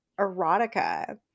erotica